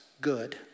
good